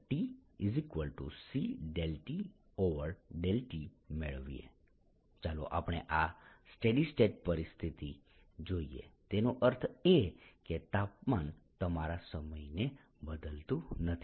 kT C∂T∂t k2TC∂T∂t તો ચાલો હવે સમીકરણ K2TC∂T∂t મેળવીએ ચાલો આપણે આ સ્ટેડી સ્ટેટ પરિસ્થિતિ જોઈએ તેનો અર્થ એ કે તાપમાન તમારા સમયને બદલતું નથી